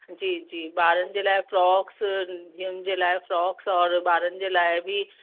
जी जी ॿारनि जे लाइ फ्रॉक्स धीउनि जे लाइ फ्रॉक्स औरि ॿारनि जे लाइ बि